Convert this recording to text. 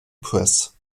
press